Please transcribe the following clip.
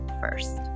first